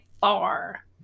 far